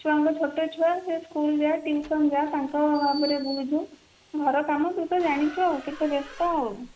ଛୁଆଙ୍କ ଛୋଟ ଛୁଆ ସେ ସ୍କୁଲ୍ ଯା ଟିଉସନ୍ ଯା ତାଙ୍କ ଭାବରେ ଵୁଝୁ ଘର କାମ ତୁ ତ ଜାଣିଛୁ ଆଉ କେତେ ବ୍ୟସ୍ତ ଆଉ